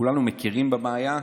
כולנו מכירים בבעיה,